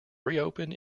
reopen